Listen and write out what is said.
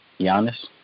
Giannis